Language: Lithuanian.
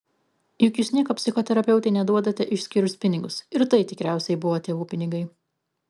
juk jūs nieko psichoterapeutei neduodate išskyrus pinigus ir tai tikriausiai buvo tėvų pinigai